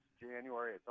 January